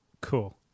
Cool